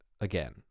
again